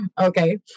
Okay